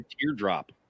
teardrop